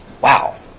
wow